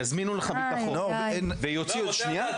יזמינו לך ביטחון ויוציאו --- נאור,